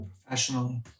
Professionally